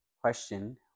question